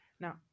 now